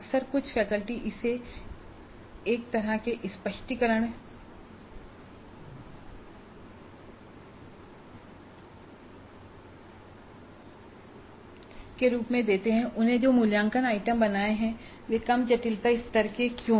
अक्सर कुछ फैकल्टी इसे एक तरह के स्पष्टीकरण के रूप में देते हैं कि उन्होंने जो मूल्यांकन आइटम बनाए हैं वे कम जटिलता के स्तर पर क्यों हैं